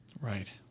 right